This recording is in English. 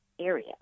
area